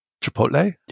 Chipotle